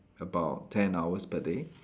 about ten hours per day